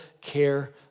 care